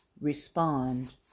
respond